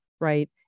right